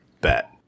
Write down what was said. bet